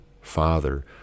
father